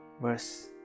verse